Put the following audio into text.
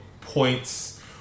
points